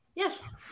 Yes